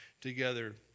together